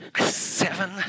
seven